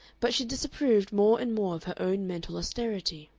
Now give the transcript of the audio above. but she disapproved more and more of her own mental austerity.